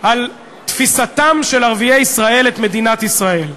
על תפיסתם של ערביי ישראל את מדינת ישראל.